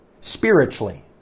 spiritually